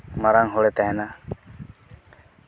ᱢᱟᱨᱟᱝ ᱦᱚᱲᱮ ᱛᱟᱦᱮᱱᱟ